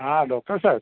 હા ડોક્ટર સાહેબ